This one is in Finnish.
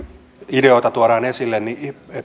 ideoita tuodaan esille